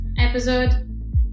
episode